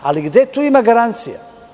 Ali, gde tu ima garancija?